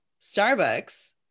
Starbucks